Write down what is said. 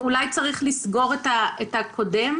אבל צריך להסתכל על הדברים כמו שהם בנקודת הזמן הזאת,